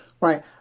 Right